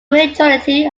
majority